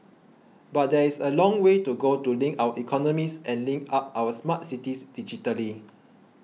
but there is a long way to go to link our economies and link up our smart cities digitally